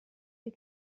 que